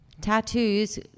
Tattoos